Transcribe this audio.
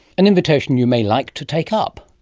an invitation you may like to take up.